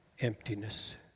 emptiness